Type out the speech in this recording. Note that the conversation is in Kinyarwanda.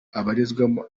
abarizwamo